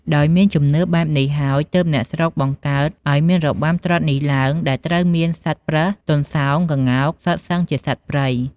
ដោយមានជំនឿបែបនេះហើយ ទើបអ្នកស្រុកបង្កើតអោយមានរបាំត្រុដិនេះឡើងដែលត្រូវមានសត្វប្រើស ទន្សោង ក្ងោក សុទ្ធសឹងជាសត្វព្រៃ។